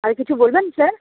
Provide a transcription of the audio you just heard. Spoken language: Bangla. আর কিছু বলবেন স্যার